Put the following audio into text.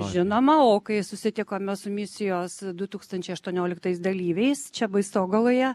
žinoma o kai susitikome su misijos du tūkstančiai aštuonioliktais dalyviais čia baisogaloje